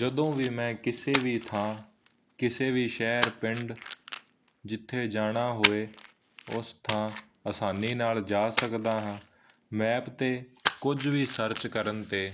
ਜਦੋਂ ਵੀ ਮੈਂ ਕਿਸੇ ਵੀ ਥਾਂ ਕਿਸੇ ਵੀ ਸ਼ਹਿਰ ਪਿੰਡ ਜਿੱਥੇ ਜਾਣਾ ਹੋਏ ਉਸ ਥਾਂ ਆਸਾਨੀ ਨਾਲ ਜਾ ਸਕਦਾ ਹਾਂ ਮੈਪ 'ਤੇ ਕੁਝ ਵੀ ਸਰਚ ਕਰਨ 'ਤੇ